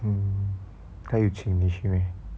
mm 她有请你去 meh